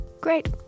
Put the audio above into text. great